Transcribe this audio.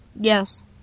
yes